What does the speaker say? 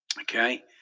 Okay